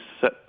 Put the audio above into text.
set